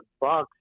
Bucks